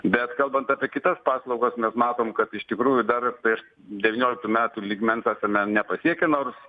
bet kalbant apie kitas paslaugas mes matom kad iš tikrųjų dar prieš devynioliktų metų lygmens esame nepasiekę nors